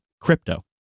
crypto